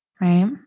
Right